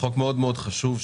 חוק מאוד מאוד חשוב,